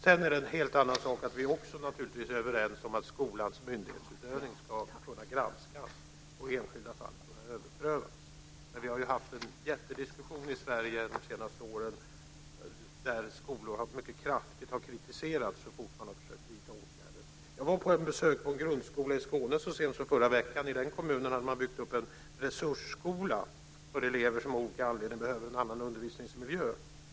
Sedan är det en helt annan sak att vi naturligtvis också är överens om att skolans myndighetsutövning ska kunna granskas och enskilda fall överprövas. Men vi har ju haft en jättediskussion i Sverige de senaste åren där skolor mycket kraftigt har kritiserats så fort de har försökt vidta åtgärder. Jag var på besök vid en grundskola i Skåne så sent som i förra veckan. I den kommunen hade man byggt upp en resursskola för elever som av olika anledningar behövde en annorlunda undervisningsmiljö.